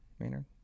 Maynard